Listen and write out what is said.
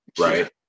right